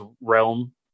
Realm